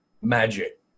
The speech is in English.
magic